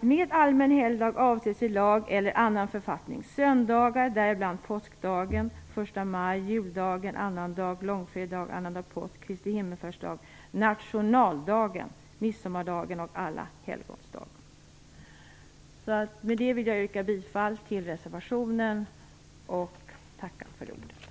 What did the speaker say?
Med allmän helgdag avses i lag eller annan författning söndagar, däribland påskdagen, den första maj, juldagen, annandagen, långfredagen, annandag påsk, Kristi himmelsfärdsdag, nationaldagen, midsommardagen och alla helgons dag. Med det vill jag yrka bifall till reservation 1 och tacka för ordet.